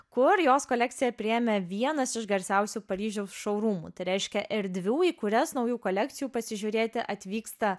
kur jos kolekciją priėmė vienas iš garsiausių paryžiaus šou rūmų tai reiškia erdvių į kurias naujų kolekcijų pasižiūrėti atvyksta